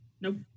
Nope